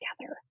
together